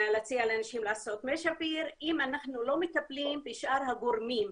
להציע לנשים לעשות מי שפיר אם אנחנו לא מטפלים בשאר הגורמים.